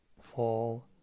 fall